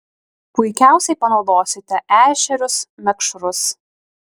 puikiausiai panaudosite ešerius mekšrus